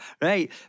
right